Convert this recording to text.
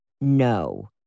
no